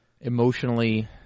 emotionally